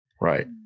Right